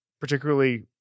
particularly –